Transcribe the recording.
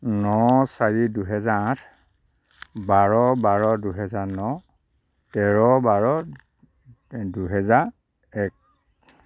ন চাৰি দুহেজাৰ আঠ বাৰ বাৰ দুহেজাৰ ন তেৰ বাৰ দুহেজাৰ এক